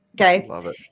Okay